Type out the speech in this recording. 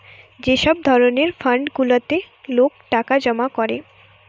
যে সব ধরণের ফান্ড গুলাতে লোক টাকা জমা করে